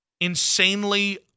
insanely